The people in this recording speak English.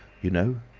you know?